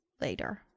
later